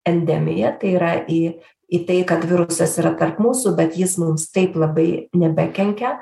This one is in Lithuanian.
endemiją tai yra į į tai kad virusas yra tarp mūsų bet jis mums taip labai nebekenkia